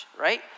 Right